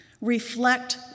reflect